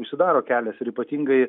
užsidaro kelias ir ypatingai